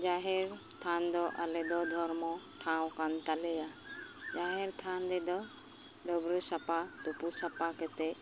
ᱡᱟᱦᱮᱨ ᱛᱷᱟᱱᱫᱚ ᱟᱞᱮᱫᱚ ᱫᱷᱚᱨᱢᱚ ᱴᱷᱟᱶᱠᱟᱱ ᱛᱟᱞᱮᱭᱟ ᱡᱟᱦᱮᱨ ᱛᱷᱟᱱ ᱨᱮᱫᱚ ᱰᱟᱹᱵᱽᱨᱟᱹ ᱥᱟᱯᱟ ᱛᱩᱯᱩ ᱥᱟᱯᱟ ᱠᱟᱛᱮᱫ